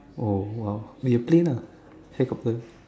oh !wow! be a plane ah helicopter